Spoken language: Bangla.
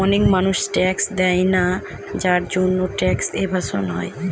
অনেক মানুষ ট্যাক্স দেয়না যার জন্যে ট্যাক্স এভাসন হয়